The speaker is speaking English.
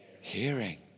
hearing